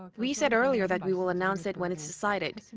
we said earlier that we will announce it when it's decided.